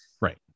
right